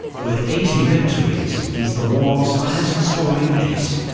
with eighty victories, he's the war's highest-scoring ace,